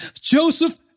Joseph